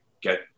get